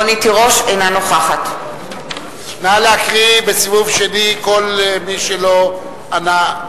אינה נוכחת נא להקריא בסיבוב שני כל מי שלא ענה.